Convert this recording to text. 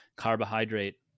carbohydrate